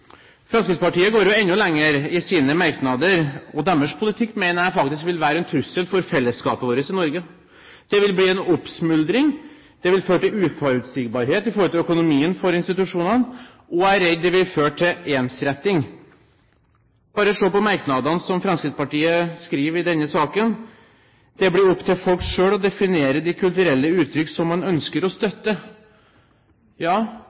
Fremskrittspartiet går enda lenger i sine merknader, og jeg mener faktisk at deres politikk vil være en trussel for fellesskapet vårt i Norge. Det vil bli en oppsmuldring, det vil føre til uforutsigbarhet i økonomien for institusjonene, og jeg er redd det vil føre til ensretting. Bare se på merknadene som Fremskrittspartiet skriver i denne saken, at det «blir opp til folk selv å definere de kulturelle uttrykk som man ønsker å støtte». Ja,